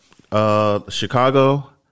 Chicago